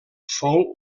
fou